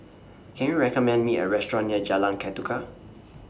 Can YOU recommend Me A Restaurant near Jalan Ketuka